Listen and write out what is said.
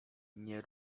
nie